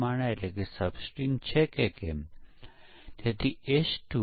મારો મતલબ કે તમે ક્યારે પરીક્ષણ કરવાનું બંધ કરો છો